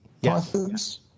Yes